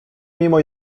mimo